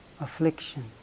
affliction